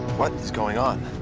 going on?